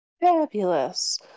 Fabulous